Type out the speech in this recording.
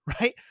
Right